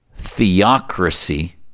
theocracy